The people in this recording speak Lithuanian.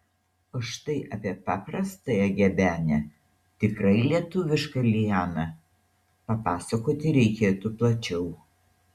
o štai apie paprastąją gebenę tikrai lietuvišką lianą papasakoti reikėtų plačiau